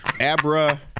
Abra